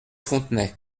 fontenay